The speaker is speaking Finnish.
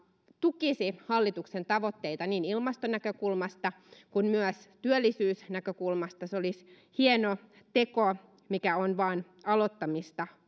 tukisi hallituksen tavoitteita niin ilmastonäkökulmasta kuin myös työllisyysnäkökulmasta se olisi hieno teko mikä on vain aloittamista